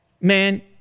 man